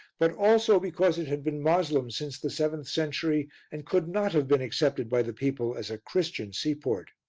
but also because it had been moslem since the seventh century and could not have been accepted by the people as a christian seaport.